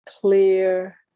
clear